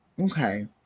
okay